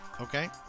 okay